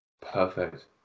Perfect